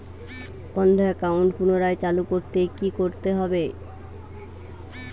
বন্ধ একাউন্ট পুনরায় চালু করতে কি করতে হবে?